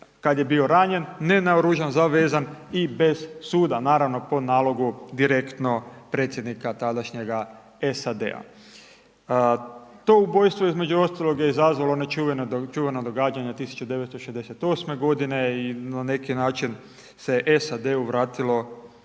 kada je bio ranjen, ne naoružan, zavezan i bez suda, naravno po nalogu direktno predsjednika tadašnjega SAD-a. To ubojstvo između ostalog je izazvalo ona čuvena događanja 1968. godine i na neki način se SAD-u vratilo kao